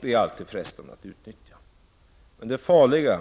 Det är alltid frestande att utnyttja ett sådan läge.